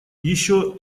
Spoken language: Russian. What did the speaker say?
еще